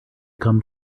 come